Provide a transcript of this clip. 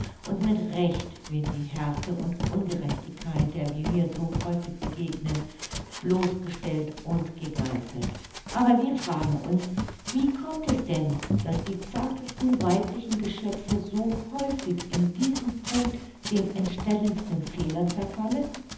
und mit recht wird die härte und ungerechtigkeit der wir hier so häufig begegnen bloßgestellt und gegeißelt aber wir fragen uns wie kommt es denn daß die zartesten weiblichen geschöpfe so häufig in diesem punkt den entstellendsten fehlern verfallen